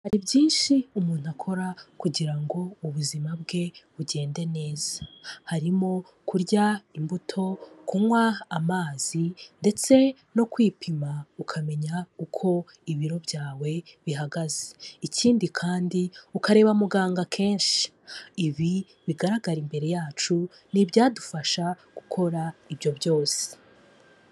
Hari byinshi umuntu akora kugira ngo ubuzima bwe bugende neza, harimo kurya imbuto, kunywa amazi ndetse no kwipima ukamenya uko ibiro byawe bihagaze. Ikindi kandi ukareba muganga kenshi, Ibi bigaragara imbere yacu ni ibyadufasha gukora ibyo byose.